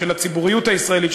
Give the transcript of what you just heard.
של הציבוריות הישראלית,